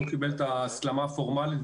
עוד לא קיבל את ההסכמה הפורמלית,